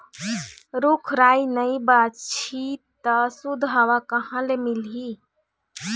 रूख राई नइ बाचही त सुद्ध हवा कहाँ ले मिलही